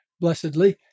blessedly